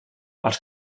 pels